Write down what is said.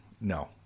No